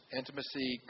intimacy